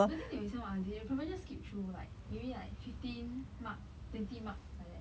don't think they listen [one] they probably just skip through like maybe like fifteen mark twenty mark like that